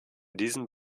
diesem